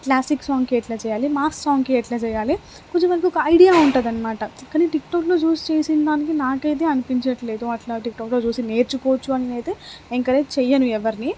classic సాంగ్కి ఎట్లా చేయాలి మాస్ సాంగ్కి ఎట్లా చేయాలి కొంచెం మనకు ఒక ఐడియా ఉంటుంది అనమాట కానీ టిక్టాక్లో చూసి చేసిందానికి నాకైతే అనిపించటం లేదు అట్లా టిక్టాక్లో చూసి నేర్చుకోవచ్చు అన్ నేనైతే ఎంకరేజ్ చెయ్యను ఎవ్వరినీ